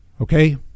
okay